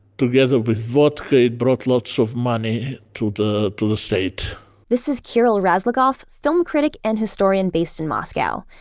together with vodka, it brought lots of money to the to the state this is kirill razlogov, film critic and historian based in moscow.